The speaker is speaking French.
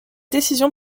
décision